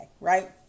right